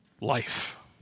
life